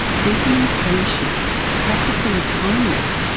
deepening friendships, practicing kindness,